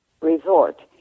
resort